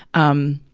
um,